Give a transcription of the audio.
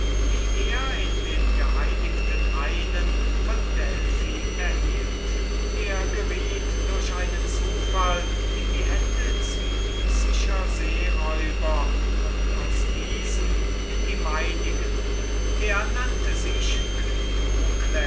die er in den geheiligten hainen zu delphi erhalten er geriet durch einen zufall in die hände cilicischer seeräuber und aus diesen in die meinige er nannte sich